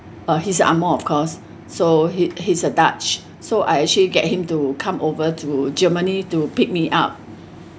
uh he's ang mo of course so he he's a dutch so I actually get him to come over to germany to pick me up